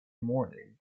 morning